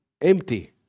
empty